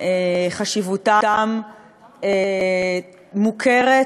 חשיבותם מוכרת,